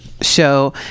Show